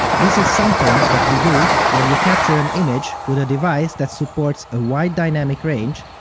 this is something that we do when we capture an image with a device that supports a wide dynamic range,